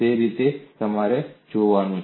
તે રીતે તમારે તેને જોવાનું છે